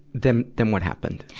then, then what happened?